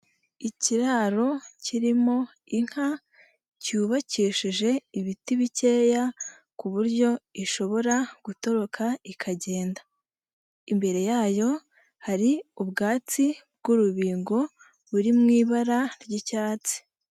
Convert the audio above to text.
Ikiraro kirimo inka cyubakishije ibiti bikeya ku buryo ishobora gutoroka ikagenda, imbere yayo hari ubwatsi bw'urubingo buri mu ibara ry'icyatsi.